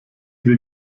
wir